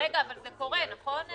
אבל זה קורה נכון,